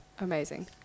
Amazing